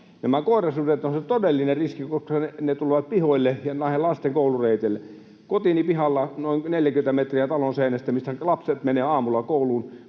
Nämä koirasudet ovat se todellinen riski, koska ne tulevat pihoille ja näille lasten koulureiteille. Kotini pihalla, noin 40 metriä talon seinästä, mistä lapset menevät aamulla kouluun,